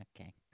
okay